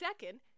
Second